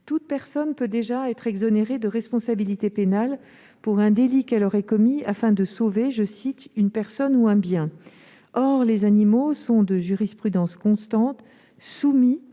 toute personne peut déjà être exonérée de responsabilité pénale pour un délit qu'elle aurait commis afin de sauver une personne ou un bien. Or, de jurisprudence constante, les